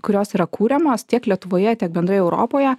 kurios yra kuriamos tiek lietuvoje tiek bendrai europoje